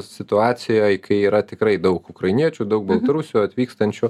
situacijoj kai yra tikrai daug ukrainiečių daug baltarusių atvykstančių